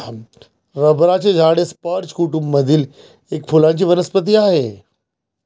रबराचे झाड हे स्पर्ज कुटूंब मधील एक फुलांची वनस्पती आहे